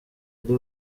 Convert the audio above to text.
ari